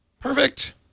Perfect